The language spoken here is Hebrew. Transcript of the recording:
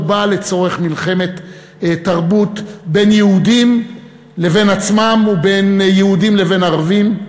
הובא לצורך מלחמת תרבות בין יהודים לבין עצמם ובין יהודים לבין ערבים.